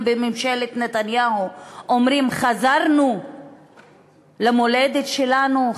בממשלת נתניהו אומרים: חזרנו למולדת שלנו,